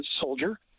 soldier